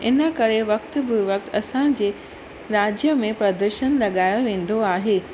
इन करे वक़्त बे वक़्त असांजे राज्य में प्रदर्शन लॻायो वेंदो आहे